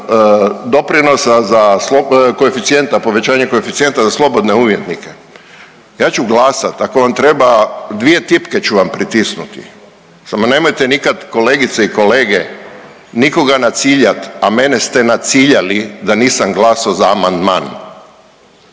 koeficijenta, povećanje koeficijenta za slobodne umjetnike. Ja ću glasati, ako vam treba dvije tipke ću vam pritisnuti. Samo nemojte nikad kolegice i kolege nikoga naciljati, a mene ste naciljali da nisam glasao za amandman.